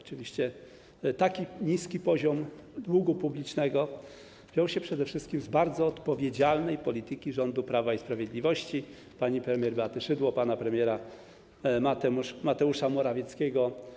Oczywiście tak niski poziom długu publicznego wziął się przede wszystkim z bardzo odpowiedzialnej polityki rządów Prawa i Sprawiedliwości - pani premier Beaty Szydło i pana premiera Mateusza Morawieckiego.